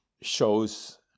shows